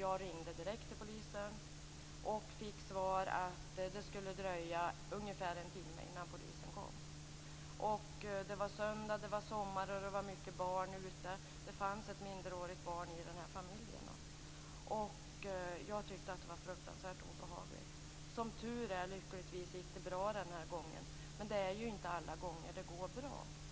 Jag ringde direkt till polisen och fick svaret att det skulle dröja ungefär en timme innan polisen kom. Det var söndag, det var sommar och det var många barn ute. Det fanns ett minderårigt barn i familjen. Jag tyckte att det var fruktansvärt obehagligt. Lyckligtvis gick det bra den här gången, men det är inte alla gånger det går bra.